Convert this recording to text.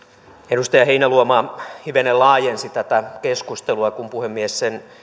edustaja heinäluoma hivenen laajensi tätä keskustelua kun puhemies sen